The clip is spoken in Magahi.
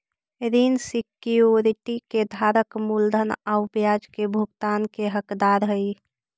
ऋण सिक्योरिटी के धारक मूलधन आउ ब्याज के भुगतान के हकदार हइ